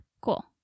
Cool